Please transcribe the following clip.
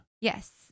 Yes